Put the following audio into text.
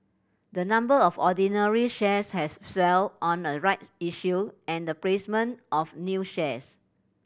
the number of ordinary shares has swelled on a right issue and the placement of new shares